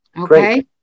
Okay